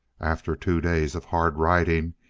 after two days of hard riding,